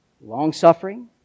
Long-suffering